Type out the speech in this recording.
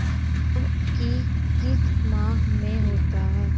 लव की किस माह में होता है?